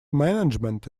management